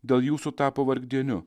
dėl jūsų tapo vargdieniu